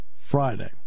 Friday